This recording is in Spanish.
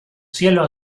cielo